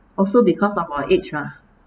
also because of our age lah